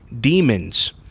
demons